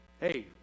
Hey